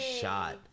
shot